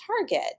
target